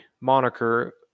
moniker